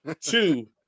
Two